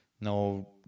No